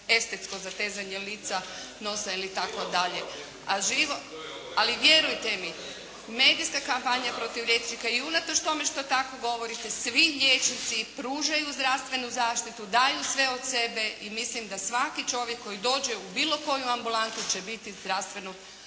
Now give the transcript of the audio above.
estetsko zatezanje lica, nosa itd. Ali vjerujte mi, medijska kampanja protiv liječnika i unatoč tome što tako govorite, svi liječnici pružaju zdravstvenu zaštitu, daju sve od sebe i mislim da svaki čovjek koji dođe u bilo koju ambulantu će biti zdravstveno